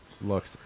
looks